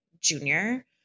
junior